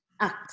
Act